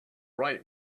right